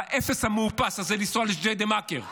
האפס המאופס הזה, לנסוע לג'דיידה-מכר.